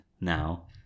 now